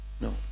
No